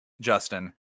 justin